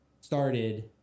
started